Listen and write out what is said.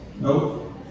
Nope